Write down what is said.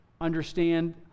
understand